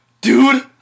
dude